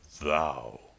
Thou